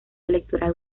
electoral